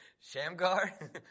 Shamgar